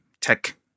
tech